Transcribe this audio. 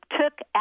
took